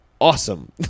awesome